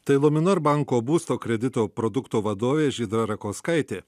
tai luminor banko būsto kredito produkto vadovė ingrida rakauskaitė